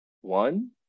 one